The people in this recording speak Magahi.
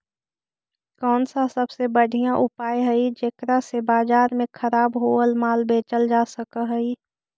कौन सा सबसे बढ़िया उपाय हई जेकरा से बाजार में खराब होअल माल बेचल जा सक हई?